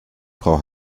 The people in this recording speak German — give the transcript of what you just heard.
frau